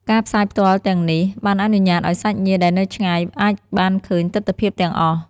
ការផ្សាយផ្ទាល់ទាំងនេះបានអនុញ្ញាតឱ្យសាច់ញាតិដែលនៅឆ្ងាយអាចបានឃើញទិដ្ឋភាពទាំងអស់។